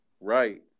Right